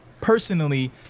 personally